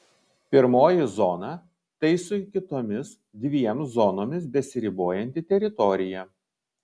pirmoji zona tai su kitomis dviem zonomis besiribojanti teritorija